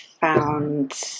found